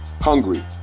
Hungry